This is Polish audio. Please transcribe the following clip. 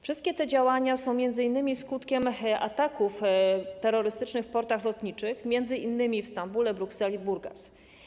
Wszystkie te działania są m.in. skutkiem ataków terrorystycznych w portach lotniczych, m.in. w Stambule, Brukseli i Burgas.